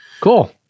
Cool